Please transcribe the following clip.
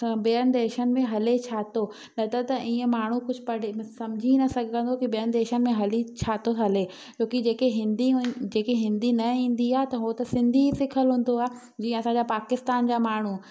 ॿियनि देशनि में हले छा थो न त त ईअं माण्हू कुझु पढ़ी न सम्झी न सघंदो की ॿियनि देशनि में हले छा थो हले छोकी जेखें हिंदी अऊं जंहिंखें हिंदी न ईंदी आहे त उहो त सिंधी ई सिखियलु हूंदो आहे जीअं असांजा पाकिस्तान जा माण्हू